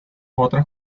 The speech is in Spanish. otras